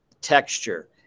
texture